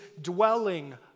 dwelling